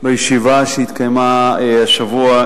בישיבה שהתקיימה השבוע,